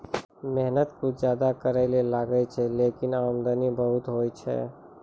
मेहनत कुछ ज्यादा करै ल लागै छै, लेकिन आमदनी बहुत होय छै